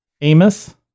Amos